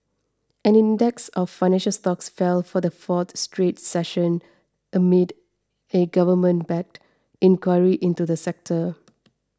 an index of financial stocks fell for the fourth straight session amid a government backed inquiry into the sector